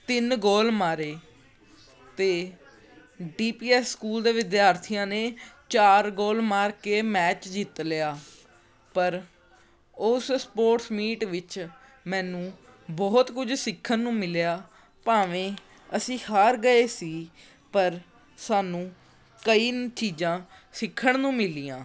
ਤਿੰਨ ਗੋਲ ਮਾਰੇ ਅਤੇ ਡੀ ਪੀ ਐਸ ਸਕੂਲ ਦੇ ਵਿਦਿਆਰਥੀਆਂ ਨੇ ਚਾਰ ਗੋਲ ਮਾਰ ਕੇ ਮੈਚ ਜਿੱਤ ਲਿਆ ਪਰ ਉਸ ਸਪੋਰਟਸ ਮੀਟ ਵਿੱਚ ਮੈਨੂੰ ਬਹੁਤ ਕੁਝ ਸਿੱਖਣ ਨੂੰ ਮਿਲਿਆ ਭਾਵੇਂ ਅਸੀਂ ਹਾਰ ਗਏ ਸੀ ਪਰ ਸਾਨੂੰ ਕਈ ਚੀਜ਼ਾਂ ਸਿੱਖਣ ਨੂੰ ਮਿਲੀਆਂ